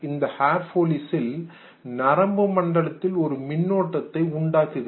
இந்த ஹேர் போலிசில் மயிர் காலில் நரம்பு மண்டலத்தில் ஒரு மின்னோட்டத்தை உண்டாக்குகிறது